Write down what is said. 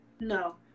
No